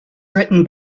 written